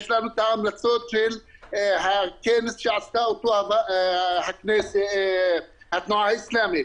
יש לנו את ההמלצות של הכנס שעשתה אותו התנועה האיסלאמית.